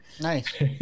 nice